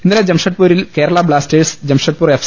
ഇന്നലെ ജംഷഡ്പൂരിൽ Kerala Blasters Jamshedpur F